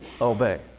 obey